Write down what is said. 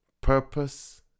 Purpose